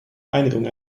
einigung